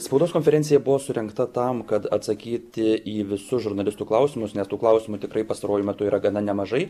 spaudos konferencija buvo surengta tam kad atsakyti į visus žurnalistų klausimus nes tų klausimų tikrai pastaruoju metu yra gana nemažai